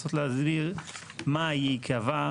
לנסות להסביר מה ייקבע,